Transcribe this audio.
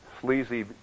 sleazy